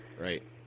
Right